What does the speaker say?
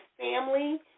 family